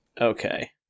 Okay